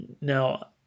Now